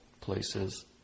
places